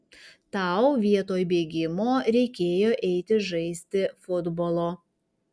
tau vietoj bėgimo reikėjo eiti žaisti futbolo